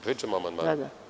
Pričam o amandmanu.